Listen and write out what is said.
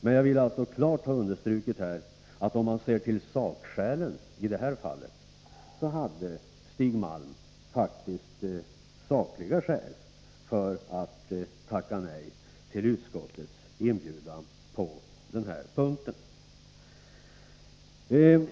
Men jag vill klart understryka att om man ser på sakskälen i det här fallet, så hade Stig Malm faktiskt sakliga skäl för att tacka nej till utskottets inbjudan.